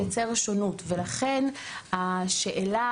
לכן, השאלה